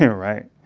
yeah right?